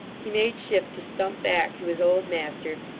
he made shift to stump back to his old master,